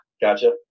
gotcha